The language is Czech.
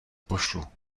pošlu